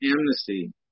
amnesty